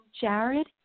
Jared